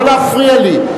לא להפריע לי.